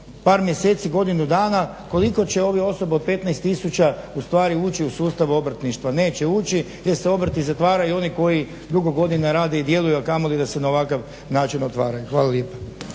par mjeseci, godinu dana koliko će ovih osoba od 15 tisuća ustvari ući u sustav obrtništva. Neće ući jer se obrti zatvaraju i oni koji dugo godina i djeluju a kamoli da se na ovakav način otvaraju. Hvala lijepa.